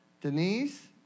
Denise